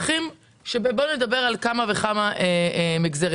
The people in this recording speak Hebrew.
בואו נדבר על כמה וכמה מגזרים.